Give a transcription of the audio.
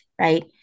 Right